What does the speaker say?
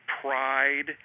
pride